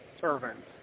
servant